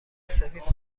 سفید